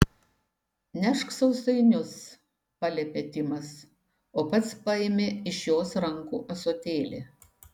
nešk sausainius paliepė timas o pats paėmė iš jos rankų ąsotėlį